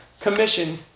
commission